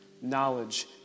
knowledge